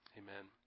amen